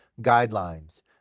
guidelines